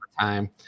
time